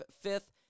fifth